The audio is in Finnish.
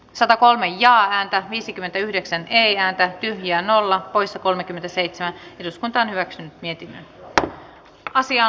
satakolme jaa ääntä viisikymmentäyhdeksän ei ääntä ja nolla poissa kolmekymmentäseitsemän ja vantaan hyväksi miettinen asian käsittely päättyi